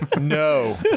no